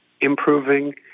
improving